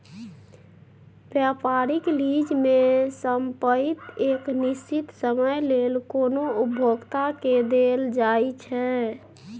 व्यापारिक लीज में संपइत एक निश्चित समय लेल कोनो उपभोक्ता के देल जाइ छइ